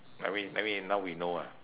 I mean I mean now we know ah